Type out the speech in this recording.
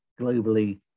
globally